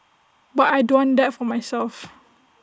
but I don't want that for myself